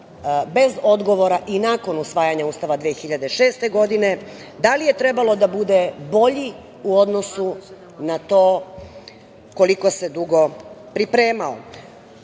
bez odgovora i nakon usvajanja Ustava 2006. godine, bilo je – da li je trebalo da bude bolji u odnosu na to koliko se dugo